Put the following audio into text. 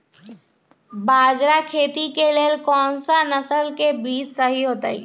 बाजरा खेती के लेल कोन सा नसल के बीज सही होतइ?